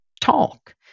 talk